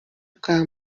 bwa